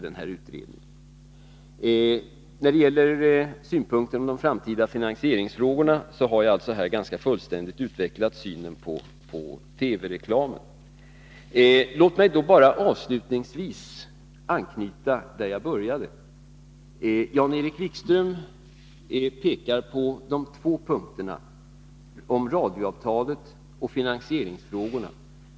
Beträffande synpunkterna på de framtida finansieringsfrågorna har jag ganska fullständigt utvecklat synen på TV-reklamen. Nr 115 Låt mig bara avslutningsvis anknyta till vad jag började med. Jan-Erik Wikström pekar på de två punkterna om radioavtalet och finansieringsfrågorna.